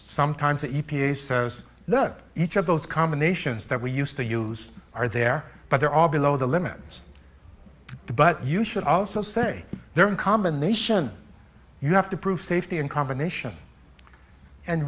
sometimes the e p a says no each of those combinations that we used to use are there but there are below the limits to but you should also say they're in combination you have to prove safety in combination and